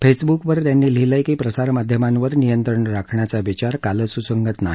Facebook वर त्यांनी लिहीलंय की प्रसारमाध्यमांवर नियंत्रण राखण्याचा विचार कालस्संगत नाही